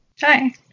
Hi